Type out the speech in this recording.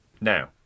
Now